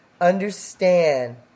Understand